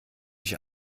ich